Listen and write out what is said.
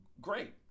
great